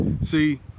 See